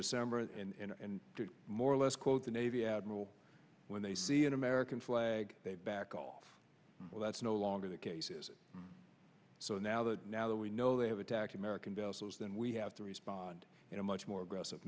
december and more or less quote the navy admiral when they see an american flag they back off well that's no longer the case is so now that now that we know they have attacked american vessels then we have to respond in a much more aggressive